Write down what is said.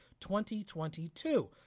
2022